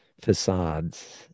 facades